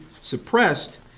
suppressed